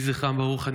יהי זכרם ברוך.